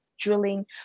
drilling